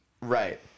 Right